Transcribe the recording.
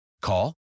Call